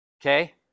Okay